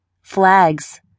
flags